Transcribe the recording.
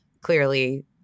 clearly